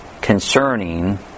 concerning